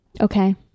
Okay